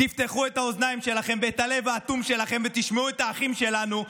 תפתחו את האוזניים שלכם ואת הלב האטום שלכם ותשמעו את האחים שלנו.